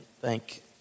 Thank